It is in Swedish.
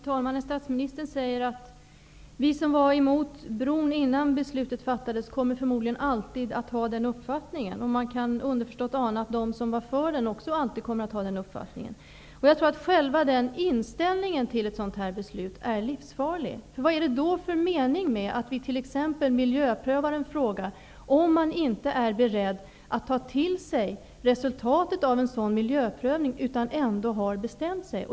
Fru talman! Statsministern sade att vi som var emot bron innan beslutet fattades förmodligen alltid kommer att ha den uppfattningen. Man kan underförstått ana att de som var för bron också alltid kommer att ha den uppfattningen. Jag tror att den inställningen till ett sådant här beslut är livsfarlig. Vad är det då för mening med att vi t.ex. miljöprövar en fråga om man inte är beredd att ta till sig resultatet av en miljöprövning eftersom man har bestämt sig.